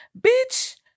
Bitch